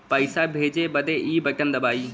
पइसा भेजे बदे ई बटन दबाई